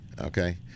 okay